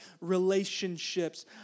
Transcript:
relationships